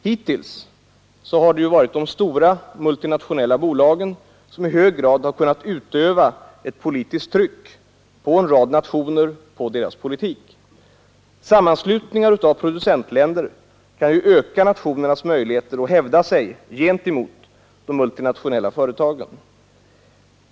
Hittills har det varit de stora multinationella bolagen som i hög grad kunnat utöva ett politiskt tryck på en rad nationer och deras politik. Sammanslutningar av producentländer kan öka nationernas möjligheter att hävda sig gentemot de multinationella företagen.